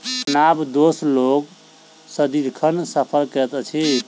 खानाबदोश लोक सदिखन सफर करैत अछि